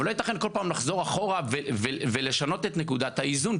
אבל לא ייתכן כל פעם לחזור אחורה ולשנות את נקודת האיזון,